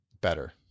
better